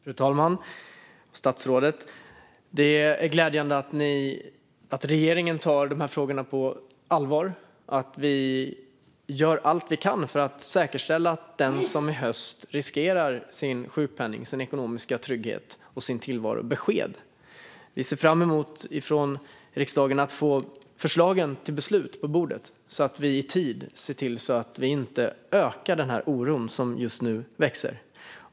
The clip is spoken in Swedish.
Fru talman och statsrådet! Det är glädjande att regeringen tar de här frågorna på allvar och att vi gör allt vi kan för att säkerställa att den som i höst riskerar sin sjukpenning, sin ekonomiska trygghet och sin tillvaro får besked. Vi ser från riksdagen fram emot att få förslagen till beslut på bordet, så att vi i tid ser till att vi inte ökar den här oron, som just nu växer.